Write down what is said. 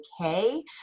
okay